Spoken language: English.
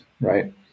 right